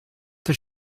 does